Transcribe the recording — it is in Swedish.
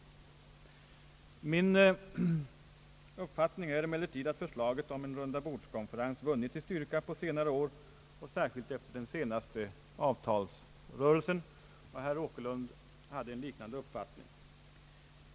Min uppfattning är emellertid att förslaget om en rundabordskonferens vunnit i styrka under senare år, särskilt efter den senaste avtalsrörelsen. Herr Åkerlund hade en liknande uppfattning.